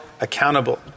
accountable